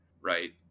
right